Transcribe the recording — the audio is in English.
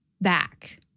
back